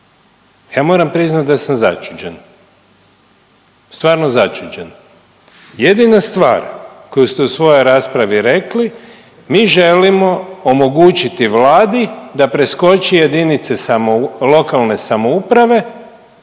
Ja moram priznat da sam začuđen, stvarno začuđen. Jedina stvar koju ste u svojoj raspravi rekli mi želimo omogućiti Vladi da preskoči jedinice lokalne samouprave